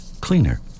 cleaner